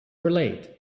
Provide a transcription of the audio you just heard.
relate